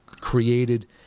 created